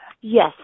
yes